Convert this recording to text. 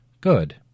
Good